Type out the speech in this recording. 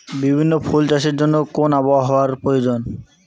বিভিন্ন ফুল চাষের জন্য কোন আবহাওয়ার প্রয়োজন?